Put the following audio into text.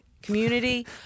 Community